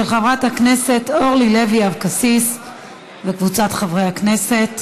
של חברת הכנסת אורלי לוי אבקסיס וקבוצת חברי הכנסת.